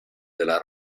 della